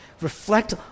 reflect